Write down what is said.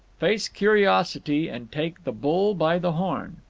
face curiosity and take the bull by the horn.